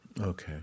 Okay